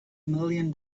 million